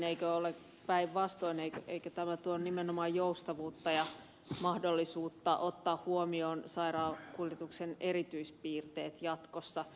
eikö ole päinvastoin eikö tämä tuo nimenomaan joustavuutta ja mahdollisuutta ottaa huomioon sairaankuljetuksen erityispiirteet jatkossa